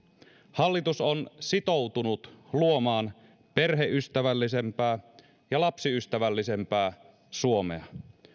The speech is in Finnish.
hallitus on sitoutunut luomaan perheystävällisempää ja lapsiystävällisempää suomea